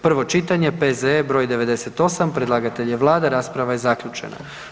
prvo čitanje, P.Z.E. br. 71, predlagatelj je Vlada, rasprava je zaključena.